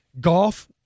golf